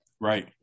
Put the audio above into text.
Right